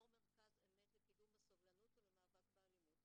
יו"ר מרכז אמת לקידום הסובלנות ולמאבק באלימות.